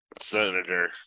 Senator